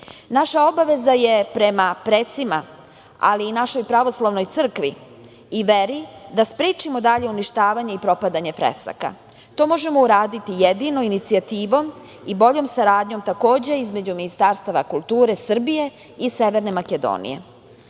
Naša obaveza je prema precima, ali i našoj pravoslavnoj crkvi i veri da sprečimo dalje uništavanja i propadanje fresaka. To možemo uraditi jedino inicijativom i boljom saradnjom, takođe između Ministarstava kulture Srbije i Severne Makedonije. Iskoristila